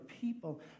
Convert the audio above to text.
people